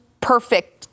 perfect